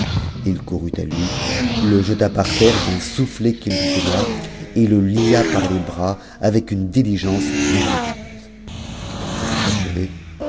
il courut à lui le jeta par terre d'un soufflet qu'il lui donna et le lia par les bras avec une diligence merveilleuse quand il eut achevé